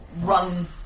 run